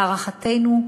להערכתנו,